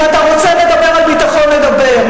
אם אתה רוצה לדבר על ביטחון, נדבר.